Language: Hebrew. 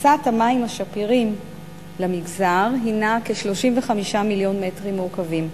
מכסת המים השפירים למגזר הינה כ-35 מיליון מטרים מעוקבים,